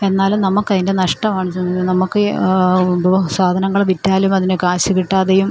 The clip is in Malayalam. എന്നാലും നമുക്ക് അതിൻ്റെ നഷ്ടമാണിത് നമുക്ക് സാധനങ്ങൾ വിറ്റാലും അതിന് കാശ് കിട്ടാതെയും